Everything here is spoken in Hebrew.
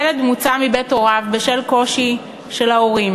ילד מוצא מבית הוריו בשל קושי של ההורים.